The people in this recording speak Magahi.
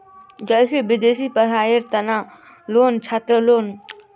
जैसे विदेशी पढ़ाईयेर तना लोन छात्रलोनर भीतरी दियाल जाछे